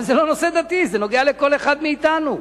אבל זה לא נושא דתי, זה נוגע לכל אחד מאתנו.